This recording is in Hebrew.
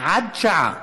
עד שעה.